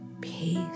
Peace